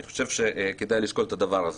אני חושב שכדאי לשקול את הדבר הזה.